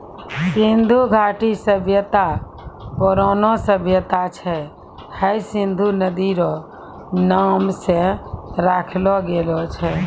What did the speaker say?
सिन्धु घाटी सभ्यता परौनो सभ्यता छै हय सिन्धु नदी रो नाम से राखलो गेलो छै